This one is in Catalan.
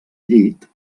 llit